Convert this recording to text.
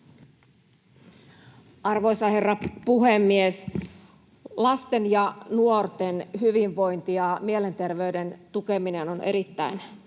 Arvoisa herra puhemies! Lasten ja nuorten hyvinvointi ja mielenterveyden tukeminen on erittäin